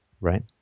right